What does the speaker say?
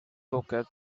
looked